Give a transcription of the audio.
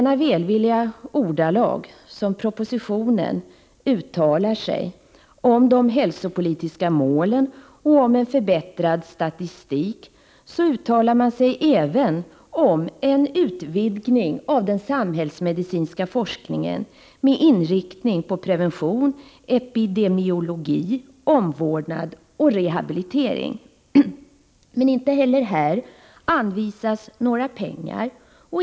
I samma välvilliga ordalag som regeringen i propositionen uttalar sig om hälsopolitiska mål och förbättrad statistik uttalar man sig även om en utvidgning av den samhällsmedicinska forskningen med inriktning på prevention, epidemiologi, omvårdnad och rehabilitering. Men inte heller här anvisas några pengar.